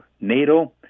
NATO